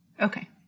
Okay